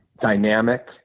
dynamic